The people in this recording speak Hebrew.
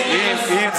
כנסת.